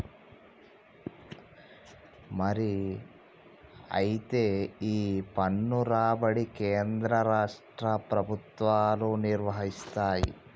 మరి అయితే ఈ పన్ను రాబడి కేంద్ర రాష్ట్ర ప్రభుత్వాలు నిర్వరిస్తాయి